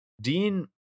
Dean